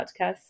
podcast